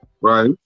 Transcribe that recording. Right